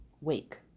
Wake